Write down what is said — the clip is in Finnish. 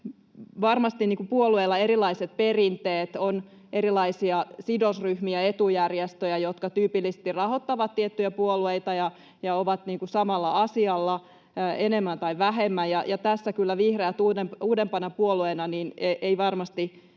varmasti puolueilla erilaiset perinteet. On erilaisia sidosryhmiä, etujärjestöjä, jotka tyypillisesti rahoittavat tiettyjä puolueita ja ovat enemmän tai vähemmän samalla asialla. Tässä kyllä vihreät uudempana puolueena eivät varmasti